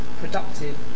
productive